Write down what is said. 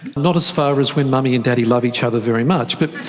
not as far as when mummy and daddy love each other very much, but